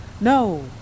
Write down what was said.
No